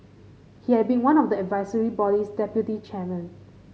he had been one of the advisory body's deputy chairmen